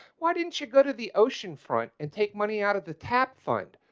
why didn't you go to the ocean front and take money out of the tap fund.